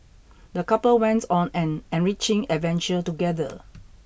the couple went on an enriching adventure together